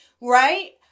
Right